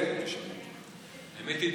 האמת היא,